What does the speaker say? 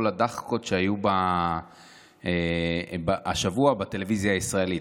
הדחקות שהיו השבוע בטלוויזיה הישראלית,